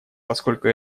поскольку